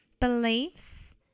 beliefs